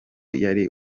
yari